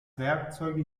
werkzeuge